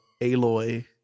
Aloy